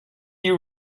you